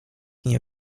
nie